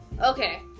Okay